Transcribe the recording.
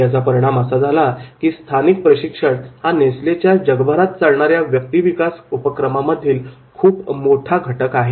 याचा परिणाम असा झाला की स्थानिक प्रशिक्षण हा नेसलेच्या जगभरात चालणाऱ्या व्यक्तीविकास उपक्रमामधील खूप मोठा घटक आहे